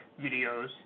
videos